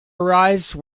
arise